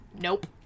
nope